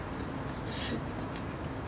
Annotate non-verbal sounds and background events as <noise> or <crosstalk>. <laughs>